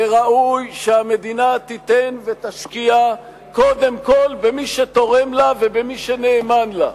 וראוי שהמדינה תיתן ותשקיע קודם כול במי שתורם לה ובמי שנאמן לה.